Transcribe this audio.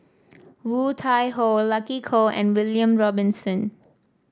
Woon Tai Ho Lucy Koh and William Robinson